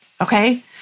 okay